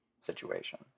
situation